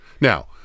Now